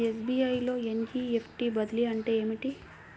SBI లో NEFT బదిలీ అంటే ఏమిటి?